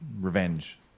revenge